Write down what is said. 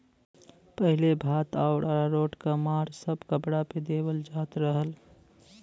पहिले भात आउर अरारोट क माड़ सब कपड़ा पे देवल जात रहल